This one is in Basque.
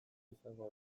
izango